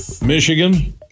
Michigan